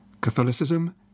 Catholicism